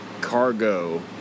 cargo